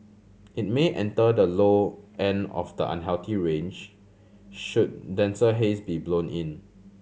it may enter the low end of the unhealthy range should denser haze be blown in